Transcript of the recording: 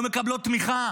לא מקבלות תמיכה,